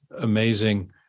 amazing